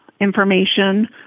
information